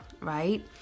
right